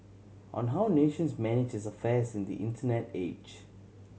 on how nations manage its affairs in the Internet age